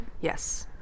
Yes